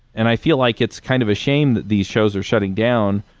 and i feel like it's kind of a shame that these shows are shutting down,